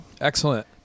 Excellent